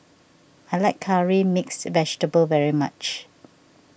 I like Curry Mixed Vegetable very much